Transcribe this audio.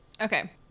Okay